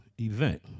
event